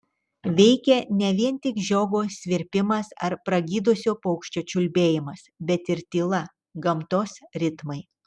veikė ne vien tik žiogo svirpimas ar pragydusio paukščio čiulbėjimas bet ir tyla gamtos ritmai